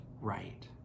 right